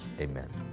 Amen